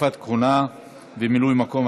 תקופת כהונה ומילוי מקום),